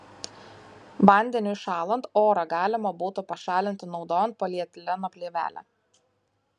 vandeniui šąlant orą galima būtų pašalinti naudojant polietileno plėvelę